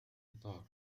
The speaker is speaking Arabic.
القطار